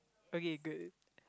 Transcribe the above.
okay good